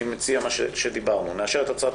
אני מציע מה שדיברנו נאשר את הצעת